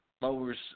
lowers